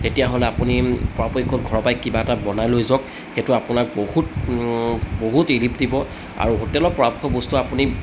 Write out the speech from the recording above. তেতিয়াহ'লে আপুনি পৰাপক্ষত ঘৰৰ পৰাই কিবা এটা বনাই লৈ যাওক সেইটো আপোনাক বহুত বহুত ৰিলিফ দিব আৰু হোটেলত পৰাপক্ষত বস্তু আপুনি